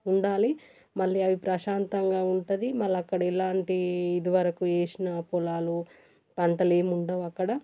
ఉండాలి మళ్ళీ అవి ప్రశాంతంగా ఉంటాయి మళ్ళీ అక్కడ ఎలాంటి ఇదివరకు వేసిన పొలాలు పంటలు ఏముండవు అక్కడ